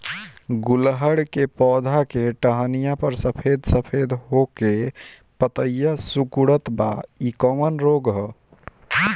गुड़हल के पधौ के टहनियाँ पर सफेद सफेद हो के पतईया सुकुड़त बा इ कवन रोग ह?